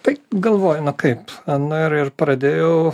tai galvoju na kaip na ir ir pradėjau